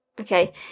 okay